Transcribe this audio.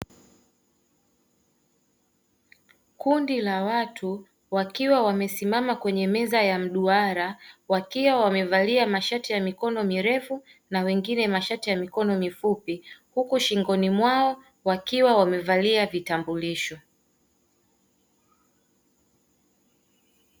Kundi la watu wakiwa wamesimama kwenye meza ya mduara, wakiwa wamevalia mashati ya mikono mirefu na wengine mashati ya mikono mifupi huku shingoni mwao wakiwa wamevalia vitambulisho.